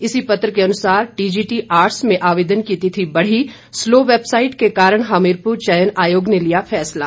इसी पत्र के अनुसार टीजीटी आटर्स में आवेदन की तिथि बढ़ी स्लो वेबसाइट के कारण हमीरपुर चयन आयोग ने लिया फैसला